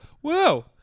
whoa